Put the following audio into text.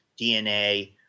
DNA